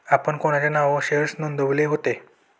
आपण कोणाच्या नावावर शेअर्स नोंदविले होते?